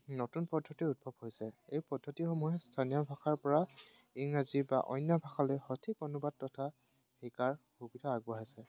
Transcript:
নতুন পদ্ধতি উদ্ভৱ হৈছে এই পদ্ধতিসমূহে স্থানীয় ভাষাৰ পৰা ইংৰাজী বা অন্য ভাষালৈ সঠিক অনুবাদ তথা শিকাৰ সুবিধা আগবঢ়াইছে